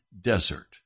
desert